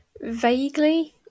Vaguely